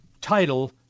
title